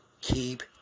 keep